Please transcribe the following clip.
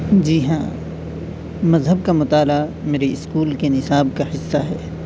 جی ہاں مذہب کا مطالعہ میرے اسکول کے نصاب کا حصہ ہے